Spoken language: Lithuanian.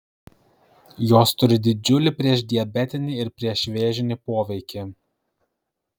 jos turi didžiulį priešdiabetinį ir priešvėžinį poveikį